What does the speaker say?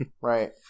right